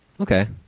Okay